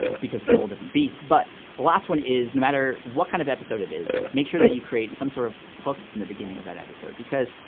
because it's a whole different beast. but the last one is, no matter what kind of episode it is, make sure that you create some sort of hook in the beginning of that episode. because,